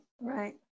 right